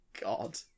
god